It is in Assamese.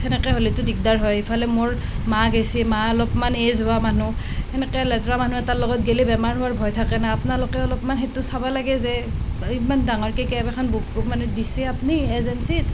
সেনেকৈ হ'লেতো দিগদাৰ হয় ইফালে মোৰ মা গৈছে মা অলপমান এইজ হোৱা মানুহ সেনেকৈ লেতেৰা মানুহ এটাৰ লগত গ'লে বেমাৰ হোৱাৰ ভয় থাকে না আপোনালোকে অলপমান সেইটো চাব লাগে যে ইমান ডাঙৰকে কেব এখন বুক মানে দিছে আপুনি এজেঞ্চীত